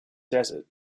desert